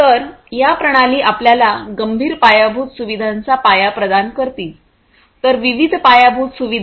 तर या प्रणाली आपल्याला गंभीर पायाभूत सुविधांचा पाया प्रदान करतील तर विविध पायाभूत सुविधा